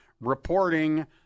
reporting